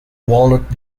walnut